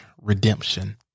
redemption